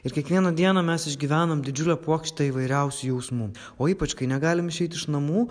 ir kiekvieną dieną mes išgyvenam didžiulę puokštę įvairiausių jausmų o ypač kai negalim išeit iš namų